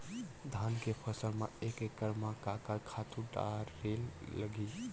धान के फसल म एक एकड़ म का का खातु डारेल लगही?